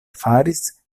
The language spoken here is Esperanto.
faris